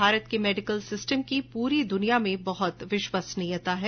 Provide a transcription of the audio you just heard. भारत के medical system की पूरी दुनिया में बहुत विश्वसनीयता है